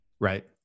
Right